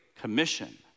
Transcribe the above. commission